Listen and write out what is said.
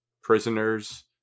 prisoners